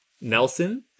Nelson